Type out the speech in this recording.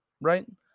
right